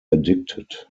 addicted